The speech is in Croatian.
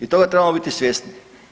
I toga trebamo biti svjesni.